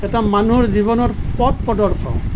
এটা মানুহৰ জীৱনৰ পথ প্ৰদৰ্শক